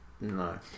no